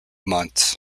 months